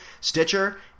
Stitcher